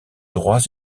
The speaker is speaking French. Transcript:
droits